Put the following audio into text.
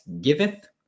giveth